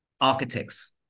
Architects